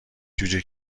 جوجه